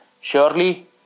Surely